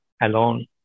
alone